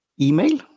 email